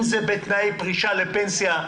אם זה בתנאי פרישה לפנסיה,